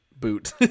boot